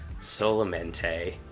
Solamente